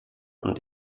und